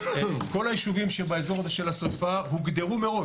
כל הישובים שבאזור הזה של השריפה הוגדרו מראש,